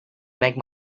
make